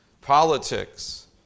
politics